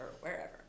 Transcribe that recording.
wherever